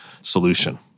solution